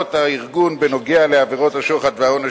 הערות הארגון בנוגע לעבירת השוחד והעונש